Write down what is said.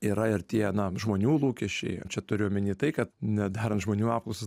yra ir tie na žmonių lūkesčiai čia turiu omeny tai kad nedarant žmonių apklausas